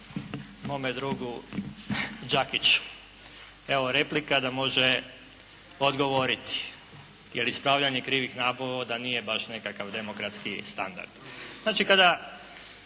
Mome drugu Đakiću, evo replika da može odgovoriti, jer ispravljanje krivih navoda nije baš nekakav demokratski standard. Znači kada